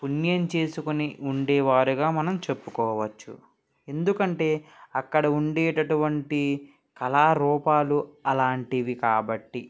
పుణ్యం చేసుకుని ఉండే వారుగా మనం చెప్పుకోవచ్చు ఎందుకంటే అక్కడ ఉండేటటువంటి కళారూపాలు అలాంటివి కాబట్టి